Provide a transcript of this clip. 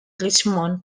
richmond